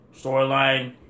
storyline